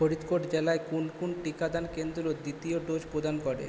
ফরিদকোট জেলায় কোন কোন টিকাদান কেন্দ্র দ্বিতীয় ডোজ প্রদান করে